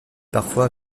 parfois